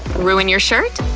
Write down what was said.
ruin your shirt?